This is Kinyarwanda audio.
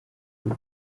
bw’u